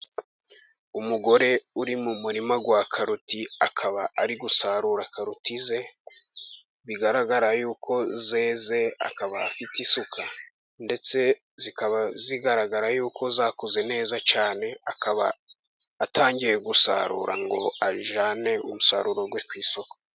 Umugore uri mu murima wa karoti akaba ari gusarura karoti ze, bigaragara yuko zeze, akaba afite isuka. Ndetse zikaba zigaragara yuko zakuze neza cyane, akaba atangiye gusarura ngo ajyane umusaruro we ku isoko.